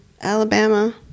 Alabama